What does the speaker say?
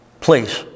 Please